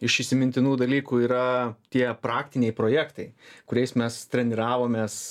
iš įsimintinų dalykų yra tie praktiniai projektai kuriais mes treniravomės